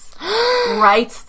Right